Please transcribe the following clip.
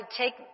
take